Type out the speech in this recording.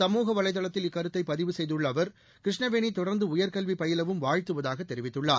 சமூக வலைதளத்தில் இக்கருத்தை பதிவு செய்துள்ள அவர் கிருஷ்ணவேணி தொடர்ந்து உயர்கல்வி பயிலவும் வாழ்த்துவதாகத் தெரிவித்துள்ளார்